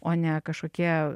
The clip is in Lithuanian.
o ne kažkokie